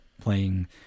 playing